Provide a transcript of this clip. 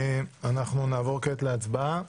נעבור להצבעה.